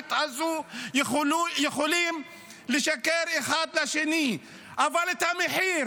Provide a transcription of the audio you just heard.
הגזענית הזו, יכולה לשקר אחד, לשני אבל את המחיר